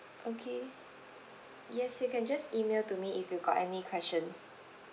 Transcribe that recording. okay yes you can just email to me if you got any questions